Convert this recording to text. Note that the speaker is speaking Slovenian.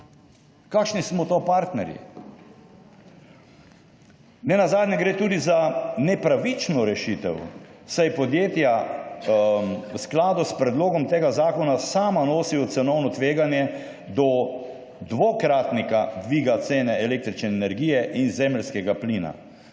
Kakšni smo to partnerji? Nenazadnje gre tudi za nepravično rešitev, saj podjetja v skladu s predlogom tega zakona sama nosijo cenovno tveganje do dvokratnika dviga cene električne energije in zemeljskega plina.